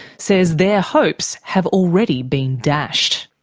says their hopes have already been dashed.